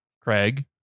Craig